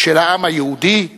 של העם היהודי.